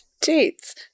Dates